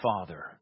father